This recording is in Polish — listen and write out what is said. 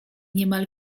niemal